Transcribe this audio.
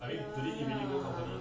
ya lah